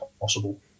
possible